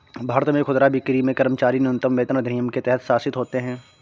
भारत में खुदरा बिक्री में कर्मचारी न्यूनतम वेतन अधिनियम के तहत शासित होते है